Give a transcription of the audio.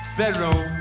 bedroom